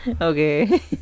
Okay